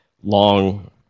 long